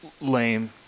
lame